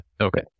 Okay